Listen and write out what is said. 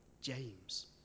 James